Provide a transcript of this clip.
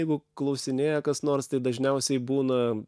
jeigu klausinėja kas nors tai dažniausiai būna